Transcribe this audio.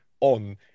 on